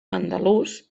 andalús